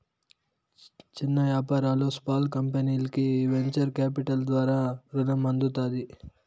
చిన్న యాపారాలు, స్పాల్ కంపెనీల్కి ఈ వెంచర్ కాపిటల్ ద్వారా రునం అందుతాది